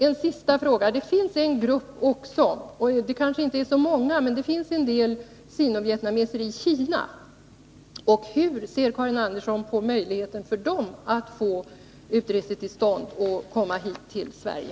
En sista fråga: Det finns också en grupp anhöriga till sino-vietnameser i Kina, även om den kanske inte är så stor. Hur ser Karin Andersson på möjligheterna för dem att få utresetillstånd och komma hit till Sverige?